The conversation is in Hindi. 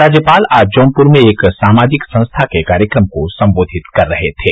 राज्यपाल आज जौनपुर में एक सामाजिक संस्था के कार्यक्रम को सम्बोधित कर रहे थे